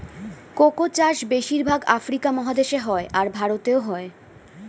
cocoa চাষ বেশির ভাগ আফ্রিকা মহাদেশে হয়, আর ভারতেও হয়